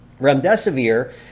remdesivir